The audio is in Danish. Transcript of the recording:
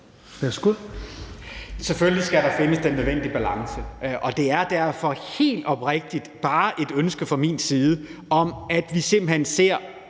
(V): Selvfølgelig skal der findes den nødvendige balance, og det er derfor bare et helt oprigtigt ønske fra min side, at vi simpelt hen ser